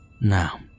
Now